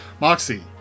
Moxie